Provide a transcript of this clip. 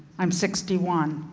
i'm sixty one.